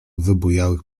wybujałych